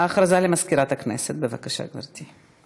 הודעה למזכירת הכנסת, בבקשה, גברתי.